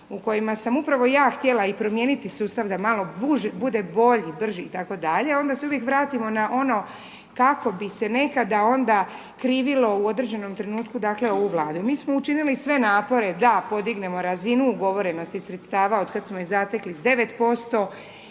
u kojima sam upravo ja htjela i promijeniti sustav da malo bude bolji, brži itd., onda se uvijek vratimo na ono kako bi se nekada onda krivilo u određenom trenutku dakle ovu Vladu. Mi smo učinili sve napore da podignemo razinu ugovorenosti sredstva otkad smo ih zatekli s 9%,